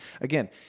Again